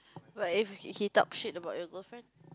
but if he he talk shit about your girlfriend